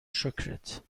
شکرت